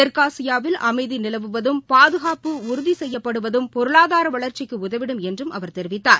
தெற்காசியாவில் அமைதி நிலவுவதும் பாதுகாப்பு உறுதி செய்யப்படுவதும் பொருளாதார வளர்ச்சிக்கு உதவிடும் என்றும் அவர் தெரிவித்தார்